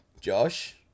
Josh